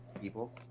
people